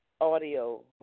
audio